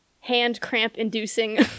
hand-cramp-inducing